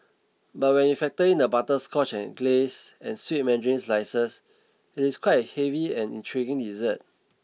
but when you factor in the butterscotch glace and sweet mandarin slices it is quite a heavy and intriguing dessert